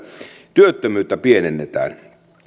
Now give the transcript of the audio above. työttömyyttä pienennetään